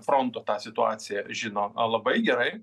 fronto tą situaciją žino labai gerai